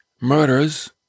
murders